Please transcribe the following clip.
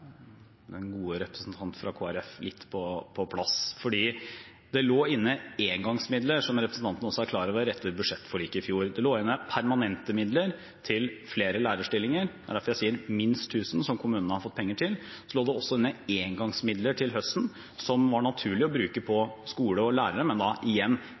den gode representanten fra Kristelig Folkeparti litt på plass, for det lå inne engangsmidler, som representanten også er klar over, etter budsjettforliket i fjor. Det lå inne permanente midler til flere lærerstillinger. Det er derfor jeg sier minst 1 000, som kommunene har fått penger til. Det lå også inne engangsmidler til høsten, som det var naturlig å bruke på skole og lærere, men igjen: